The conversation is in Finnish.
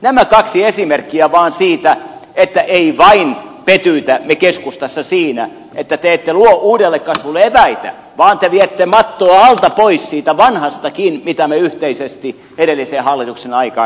nämä kaksi esimerkkiä vaan siitä että keskustassa me emme vain pety siinä että te ette luo uudelle kasvulle eväitä vaan te viette mattoa alta pois siitä vanhastakin mitä me yhteisesti edellisen hallituksen aikaan rakensimme